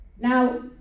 Now